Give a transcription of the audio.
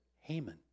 Haman